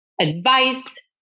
advice